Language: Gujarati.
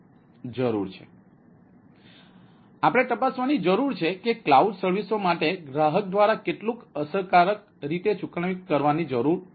તેથી આ છે આપણે તપાસવાની જરૂર છે કે આ ક્લાઉડ સર્વિસઓ માટે ગ્રાહક દ્વારા કેટલું અસરકારક રીતે ચૂકવણી કરવાની જરૂર છે